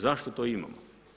Zašto to imamo?